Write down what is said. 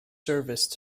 service